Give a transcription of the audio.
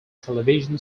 television